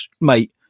mate